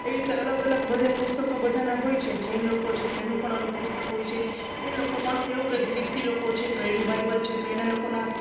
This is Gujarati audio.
એવી રીતે અલગ અલગ બધે પુસ્તકો બધાના હોય છે જૈન લોકો છે તો એનું પણ એનું પુસ્તક હોય છે એ લોકો પણ એવું કે છે ખ્રિસ્તી લોકો છે તો એનું બાયબલ છે તો એના લોકોના